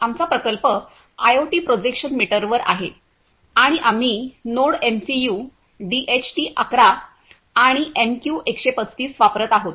आमचा प्रकल्प IoT projection मीटरवर आहे आणि आम्ही नोडएमसीयू डीएचटी 11 आणि एमक्यू 135 वापरत आहोत